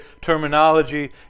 terminology